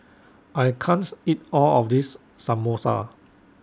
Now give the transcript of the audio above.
I can't eat All of This Samosa